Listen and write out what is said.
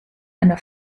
eine